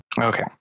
Okay